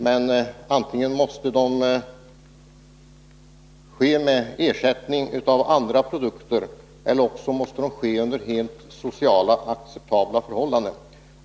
Men antingen måste dessa förändringar innebära att viss produktion ersätts av andra produkter eller också måste de genomföras under socialt acceptabla förhållanden.